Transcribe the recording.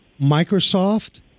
Microsoft